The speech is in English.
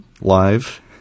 live